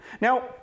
Now